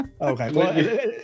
Okay